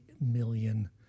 million